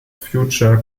future